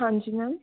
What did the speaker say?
ਹਾਂਜੀ ਮੈਮ